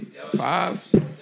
Five